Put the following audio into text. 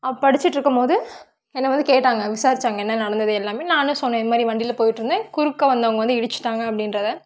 படிச்சுட்டு இருக்கும் போது என்ன வந்து கேட்டாங்க விசாரிச்சாங்க என்ன நடந்தது எல்லாமே நான் சொன்னேன் இந்த மாதிரி வண்டியில் போயிட்டு இருந்தேன் குறுக்க வந்தவங்க வந்து இடிச்சுட்டாங்க அப்படின்றத